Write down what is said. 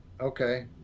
okay